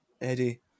Eddie